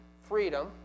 freedom